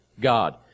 God